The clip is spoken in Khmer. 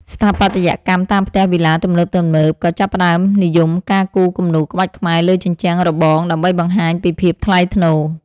ស្ថាបត្យកម្មតាមផ្ទះវីឡាទំនើបៗ ក៏ចាប់ផ្ដើមនិយមការគូរគំនូរក្បាច់ខ្មែរលើជញ្ជាំងរបង ដើម្បីបង្ហាញពីភាពថ្លៃថ្នូរ។